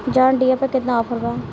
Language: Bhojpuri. जॉन डियर पर केतना ऑफर बा?